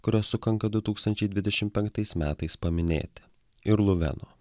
kurios sukanka du tūkstančiai dvidešim penktais metais paminėti ir luveno